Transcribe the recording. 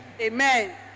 Amen